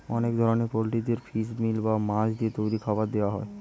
অনেক ধরনের পোল্ট্রিদের ফিশ মিল বা মাছ দিয়ে তৈরি খাবার দেওয়া হয়